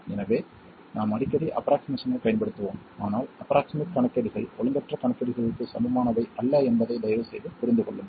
எனவே நாம் அடிக்கடி ஆஃப்ரொக்ஸிமேசன் ஐப் பயன்படுத்துவோம் ஆனால் ஆஃப்ரொக்ஸிமேட் கணக்கீடுகள் ஒழுங்கற்ற கணக்கீடுகளுக்கு சமமானவை அல்ல என்பதை தயவுசெய்து புரிந்து கொள்ளுங்கள்